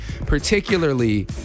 particularly